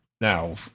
Now